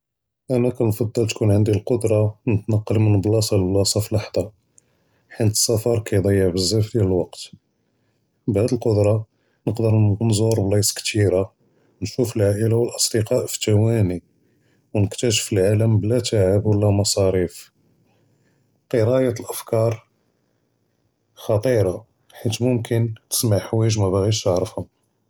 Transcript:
אני נفضّل תכון ענדי אלקודרה נתנקל מן בלאסה ללבלאסה פלאחהא כיוס אלספאר כידיע בזאף דיאל אלווקת, בהאד אלקודרה נقدر נזור בלאייס כסירה נשוף אלעאילה ואצדיקאא פי ת’ואני ונקטשף אלעאלם בלא תעב ולא מסאריף. קריאה אפקאר ח’טירה חית מומכן תסמע חוואיג’ מבאג’יש תערפוהם.